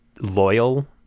loyal